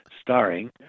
Starring